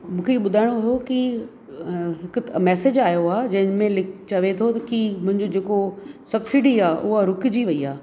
मूंखे ॿुधाइणो हुओ की हिकु मैसिज आयो आहे जंहिंमें लिख चवे थो की मुंजो जेको सब्सिडी आहे उहा रुकिजी वई आहे